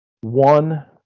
One